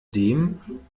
dem